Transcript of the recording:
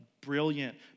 brilliant